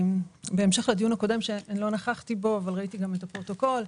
בהמשך לדיון הקודם שלא נכחתי בו אבל ראיתי את הפרוטוקול,